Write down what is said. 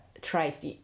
traced